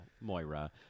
moira